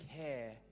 care